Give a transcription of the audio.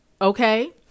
okay